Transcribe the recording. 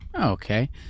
Okay